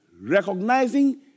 recognizing